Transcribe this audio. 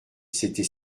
c’était